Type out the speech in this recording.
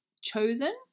chosen